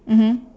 mmhmm